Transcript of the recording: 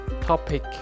topic